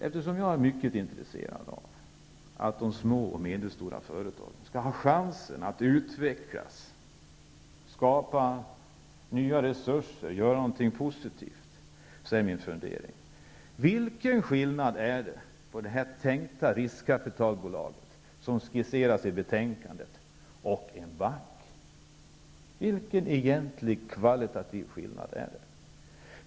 Eftersom jag är mycket intresserad av att de små och medelstora företagen skall ha en chans att utvecklas, skapa nya resurser och göra någonting positivt, är min fundering: Vilken är skillnaden mellan det tänkta riskkapitalbolag som skisseras i betänkandet och en bank? Vilken egentlig, kvalitativ skillnad finns där?